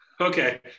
Okay